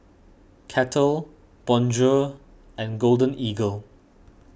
Kettle Bonjour and Golden Eagle